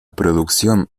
producción